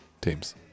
teams